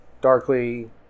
darkly